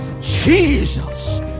Jesus